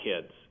kids